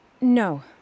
No